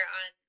on